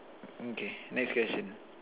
okay next question ah